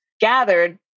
gathered